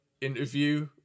interview